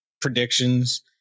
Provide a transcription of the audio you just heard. predictions